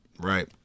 right